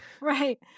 Right